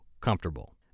comfortable